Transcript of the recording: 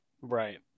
Right